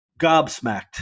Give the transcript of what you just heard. gobsmacked